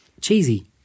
cheesy